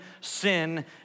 sin